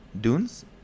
Dunes